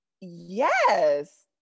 yes